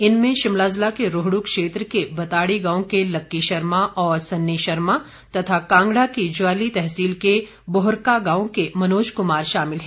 इनमें शिमला ज़िला के रोहडू क्षेत्र के बताड़ी गांव के लक्की शर्मा और सन्नी शर्मा तथा कांगड़ा की ज्वाली तहसील के बोहरका गांव के मनोज कुमार शामिल हैं